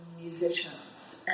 musicians